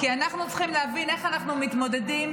כי אנחנו צריכים להבין איך אנחנו מתמודדים